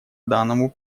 данному